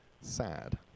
sad